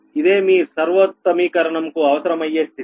ఇదేమీ సర్వోత్తమీకరణం కు అవసరమయ్యే స్థితి